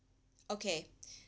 okay